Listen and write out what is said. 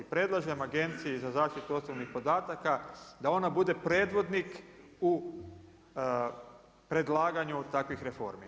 Predlažem Agenciji za zaštitu osobnih podataka da ona bude predvodnik u predlaganju takvih reformi.